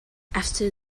after